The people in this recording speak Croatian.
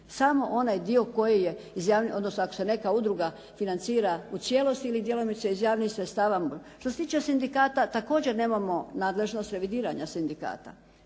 samo onaj dio koji je, odnosno ako se neka udruga financira u cijelosti ili djelomice iz javnih sredstava. Što se tiče sindikata, također nemamo nadležnost revidiranja sindikata.